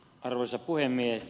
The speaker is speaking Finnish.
arvoisa puhemies